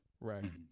Right